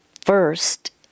First